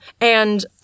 And-